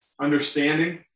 understanding